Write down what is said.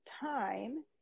time